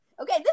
Okay